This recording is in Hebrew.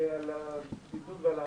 על הבידוד ועל המענקים.